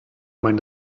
meine